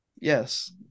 Yes